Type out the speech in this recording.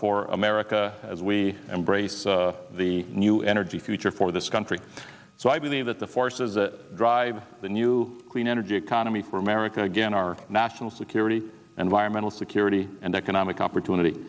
for america as we embrace the new energy future for this country so i believe that the forces that drive the new clean energy economy for america again our national security and yron mental security and economic opportunity